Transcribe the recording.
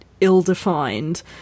ill-defined